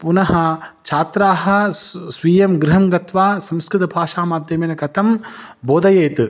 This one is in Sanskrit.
पुनः छात्राः स् स्वीयं गृहं गत्वा संस्कृतभाषा माध्यमेन कथं बोधयेत्